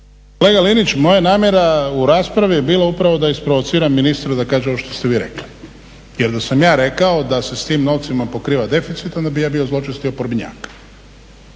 kolega Linić moja namjera u raspravi je bila upravo da isprovociram ministra da kaže ovo što ste vi rekli. Jer da sam ja rekao da se s tim novcima pokriva deficit onda bih ja bio zločesti oporbenjak.